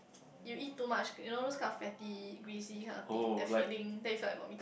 you eat too much you know those kind of fatty greasy kind of thing that feeling then if I got meat